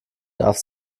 darf